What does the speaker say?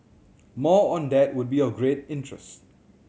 more on that would be of great interest